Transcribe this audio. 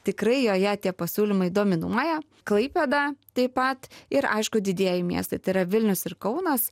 tikrai joje tie pasiūlymai dominuoja klaipėda taip pat ir aišku didieji miestai tai yra vilnius ir kaunas